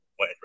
right